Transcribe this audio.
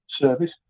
service